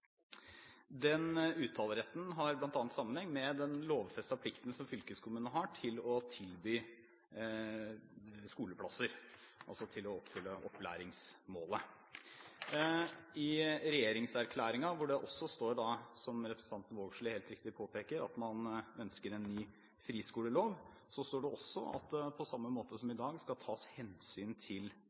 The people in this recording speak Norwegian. Den uttaleretten har bl.a. sammenheng med den lovfestede plikten som fylkeskommunene har til å tilby skoleplasser, til å oppfylle opplæringsmålet. I regjeringserklæringen, hvor det står – som representanten Vågslid helt riktig påpeker – at man ønsker en ny friskolelov, står det også at det på samme måte som i dag skal tas hensyn til